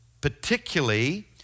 particularly